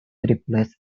replaced